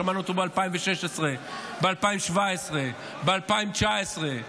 שמענו אותו ב-2016, ב-2017, ב-2019,